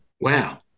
wow